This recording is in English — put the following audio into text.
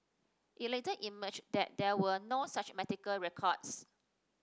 it later emerged that there were no such medical records